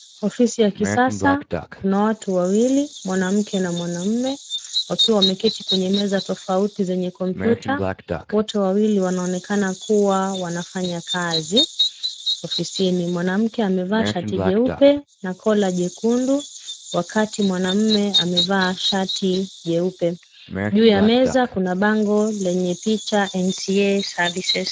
Ofisi ya kisasa, kuna watu wawili mwanamke na mwanamume, wakiwa wameketi kwenye meza tofauti zenye kompyuta, wote wawili wanaonekana kuwa wanafanya kazi ofisini, mwanamke amevaa shati jeupe na kola jekundu, wakati mwanamume amevaa shati jeupe. Juu ya meza kuna bango lenye picha MCA Services .